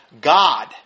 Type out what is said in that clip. God